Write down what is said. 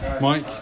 Mike